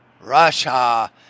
Russia